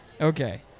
Okay